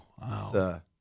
Wow